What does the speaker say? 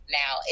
now